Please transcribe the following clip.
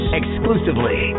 exclusively